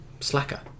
slacker